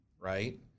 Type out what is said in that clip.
right